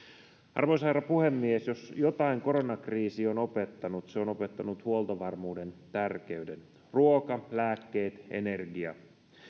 arvoisa herra puhemies jos jotain koronakriisi on opettanut se on opettanut huoltovarmuuden tärkeyden ruoka lääkkeet energia